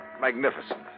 magnificent